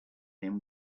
him